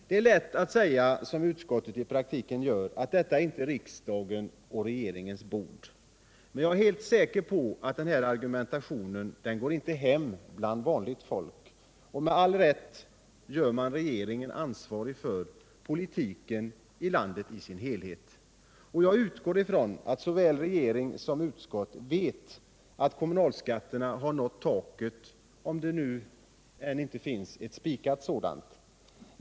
Det är lätt att säga — som utskottet i praktiken gör — att detta är inte riksdagens eller regeringens bord. Men jag är helt säker på att denna argumentation inte går hem bland vanligt folk. Med all rätt gör man regeringen ansvarig för politiken i dess helhet. Och jag utgår ifrån att såväl regering som utskott vet att kommunalskatterna har nått taket, även om något sådant ännu inte är spikat.